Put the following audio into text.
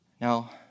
Now